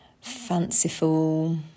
fanciful